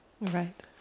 right